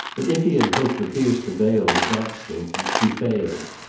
but if he had hoped to pierce the veil with that statement he failed.